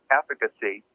efficacy